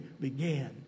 began